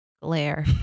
glare